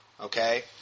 okay